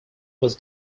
was